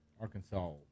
Arkansas